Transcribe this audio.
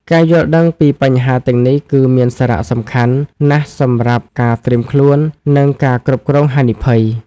ការយល់ដឹងពីបញ្ហាទាំងនេះគឺមានសារៈសំខាន់ណាស់សម្រាប់ការត្រៀមខ្លួន និងការគ្រប់គ្រងហានិភ័យ។